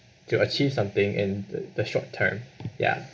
to achieve something in to the short term ya